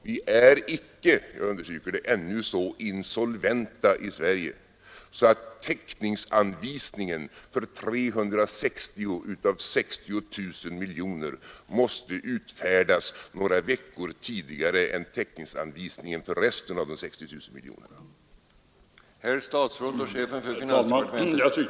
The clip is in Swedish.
Vi är ännu inte så insolventa i Sverige att täckningsanvisningen för 360 miljoner kronor av 60 000 miljoner kronor måste utfärdas några veckor tidigare än täckningsanvisningen för resten av dessa 60 000 miljoner kronor.